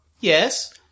Yes